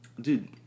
dude